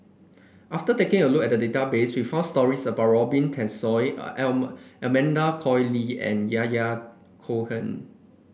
after taking a look at the database we found stories about Robin Tessensohn Amanda Koe Lee and Yahya Cohen